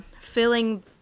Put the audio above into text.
filling